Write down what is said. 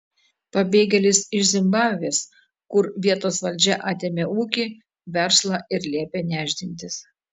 pabėgėlis iš zimbabvės kur vietos valdžia atėmė ūkį verslą ir liepė nešdintis